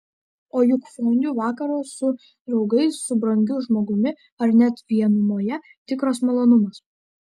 o juk fondiu vakaras su draugais su brangiu žmogumi ar net vienumoje tikras malonumas